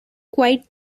quite